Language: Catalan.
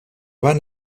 van